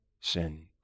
sin